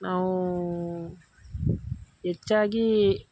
ನಾವು ಹೆಚ್ಚಾಗಿ